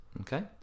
Okay